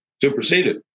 superseded